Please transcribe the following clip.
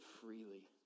freely